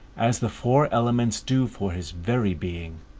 as the four elements do for his very being,